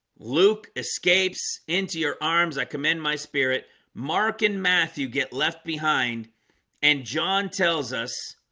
luke escapes into your arms, i commend my spirit mark and matthew get left behind and john tells us